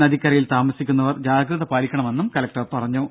നദിക്കരയിൽ താമസിക്കുന്നവർ ജാഗ്രത പാലിക്കണമെന്ന് കലക്ടർ പറഞ്ഞു